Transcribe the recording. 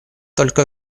только